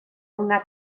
una